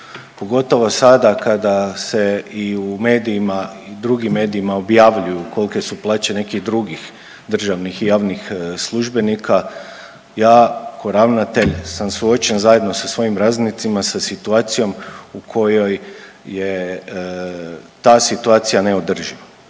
Pogotovo sada kada se i u medijima i drugim medijima objavljuju kolike su plaće nekih drugih državnih i javnih službenika ja ko ravnatelj sam suočen zajedno sa svojim …/Govornik se ne razumije./… sa situacijom u kojoj je ta situacija neodrživa.